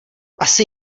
asi